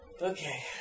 Okay